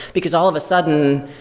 because all of a sudden,